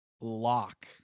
Lock